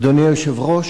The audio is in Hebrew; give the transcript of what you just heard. אדוני היושב-ראש,